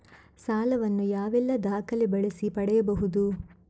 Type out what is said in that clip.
ಸಾಲ ವನ್ನು ಯಾವೆಲ್ಲ ದಾಖಲೆ ಬಳಸಿ ಪಡೆಯಬಹುದು?